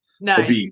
nice